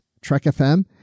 Trek.fm